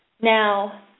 Now